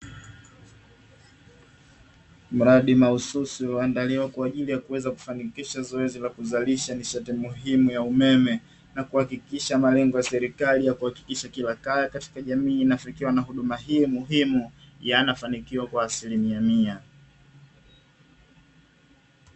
Mradi mahususi ulioandaliwa kwaajili ya kuweza kufanikisha nishati muhimu ya umeme, na kuhakikisha malengo ya serikali ya kuhakikisha kila kaya katika jamii inafikiwa na huduma hii muhimu yanafanikiwa kwa asilimia mia.